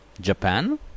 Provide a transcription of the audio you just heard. Japan